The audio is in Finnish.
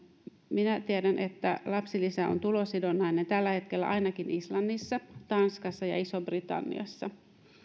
minä tiedän että lapsilisä on tulosidonnainen tällä hetkellä ainakin islannissa tanskassa ja isossa britanniassa